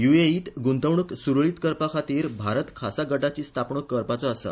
युएईत गुंतवणूक सुरळीत करपा खातीर भारत खासा गटाची स्थापणूक करपाचो आसा